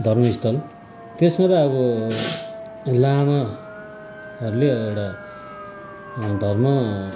धर्मस्थल त्यसमा त अब लामाहरूले एउटा धर्म